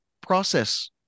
process